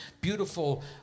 beautiful